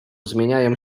zmieniają